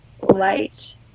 light